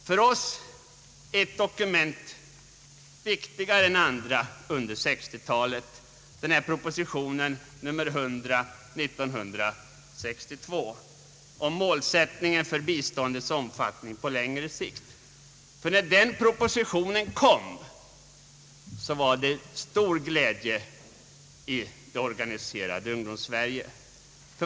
För oss är ett dokument viktigare än andra under 1960-talet, nämligen propositionen nr 100 år 1962, om målsättningen för biståndets omfattning på längre sikt. När den propositionen kom, var det stor glädje i det organiserade Ungdomssverige.